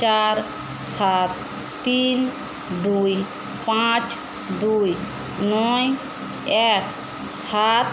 চার সাত তিন দুই পাঁচ দুই নয় এক সাত